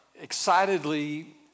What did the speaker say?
excitedly